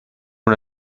una